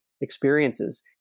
experiences